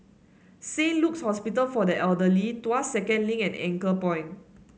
Saint Luke's Hospital for the Elderly Tuas Second Link and Anchorpoint